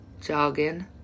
jogging